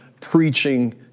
preaching